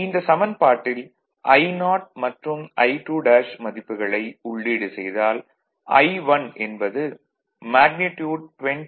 இந்த சமன்பாட்டில் I0 மற்றும் I2' மதிப்புகளை உள்ளீடு செய்தால் I1 என்பது மேக்னிட்யூட் 20